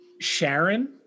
Sharon